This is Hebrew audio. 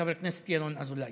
חבר הכנסת ינון אזולאי.